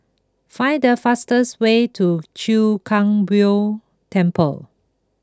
find the fastest way to Chwee Kang Beo Temple